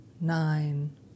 nine